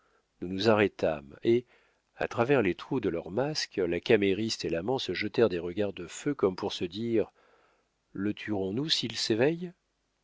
nous nous arrêtâmes et à travers les trous de leurs masques la camériste et l'amant se jetèrent des regards de feu comme pour se dire le tuerons nous s'il s'éveille